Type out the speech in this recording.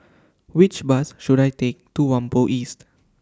Which Bus should I Take to Whampoa East